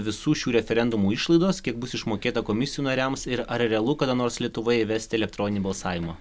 visų šių referendumų išlaidos kiek bus išmokėta komisijų nariams ir ar realu kada nors lietuvoj įvesti elektroninį balsavimą